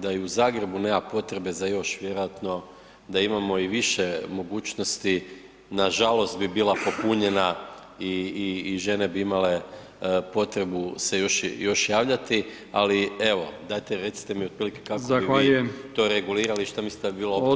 da i u Zagrebu nema potrebe za još vjerojatno da imamo i više mogućnosti nažalost bi bila popunjena i, i, i žene bi imale potrebu se još, još javljati, ali evo dajte recite mi otprilike [[Upadica: Zahvaljujem]] kako bi vi to regulirali, što mislite da bi bilo [[Upadica: Odgovor…]] optimalno rješenje?